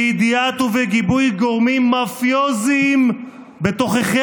בידיעת ובגיבוי גורמים מאפיוזיים בתוככי